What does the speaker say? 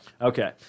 Okay